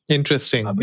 Interesting